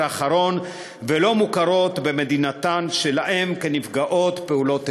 האחרון והן לא מוכרות במדינתן שלהן כנפגעות פעולות איבה.